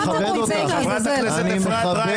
ראש ממשלה 15 שנה בשלטון --- חברת הכנסת אפרת רייטן.